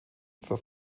for